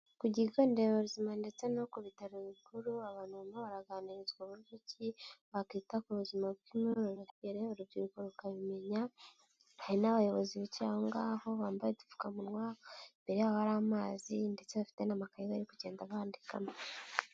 Ku kigo nderabuzima ndetse no ku bitaro bikuru, abantu barimo baraganirizwa uburyo iki bakwita ku buzima bw'imyororokere urubyiruko rukabimenya, hari n'abayobozi bicaye aho ngaho bambayepfukamunwa, imbere yabo hari amazi ndetse afite n'amakaye bari kugenda bandikamo.